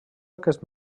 aquest